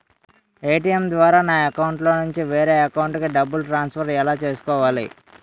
ATM ద్వారా నా అకౌంట్లోనుంచి వేరే అకౌంట్ కి డబ్బులు ట్రాన్సఫర్ ఎలా చేసుకోవాలి?